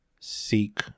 seek